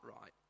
right